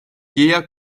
jeher